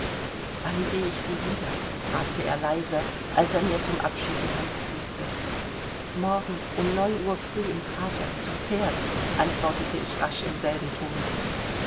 wann seh ich sie wieder fragte er leise als er mir zum abschied die hand küßte morgen um neun uhr früh im prater zu pferd antwortete ich rasch im selben tone